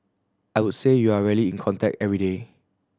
I would say you are really in contact every day